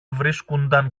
βρίσκουνταν